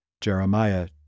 Jeremiah